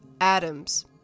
Adams